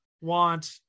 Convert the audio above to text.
want